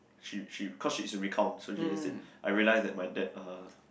she she cause it's a recount so she just said I realized that my dad uh